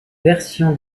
version